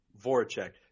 Voracek